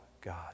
God